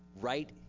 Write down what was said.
right